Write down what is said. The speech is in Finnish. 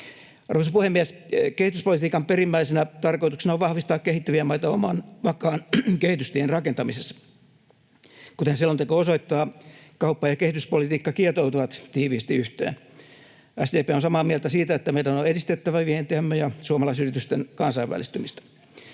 Arvoisa puhemies! Kehityspolitiikan perimmäisenä tarkoituksena on vahvistaa kehittyviä maita oman vakaan kehitystien rakentamisessa. Kuten selonteko osoittaa, kauppa- ja kehityspolitiikka kietoutuvat tiiviisti yhteen. SDP on samaa mieltä siitä, että meidän on edistettävä vientiämme ja suomalaisyritysten kansainvälistymistä.